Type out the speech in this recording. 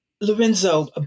Lorenzo